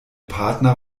partner